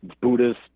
Buddhist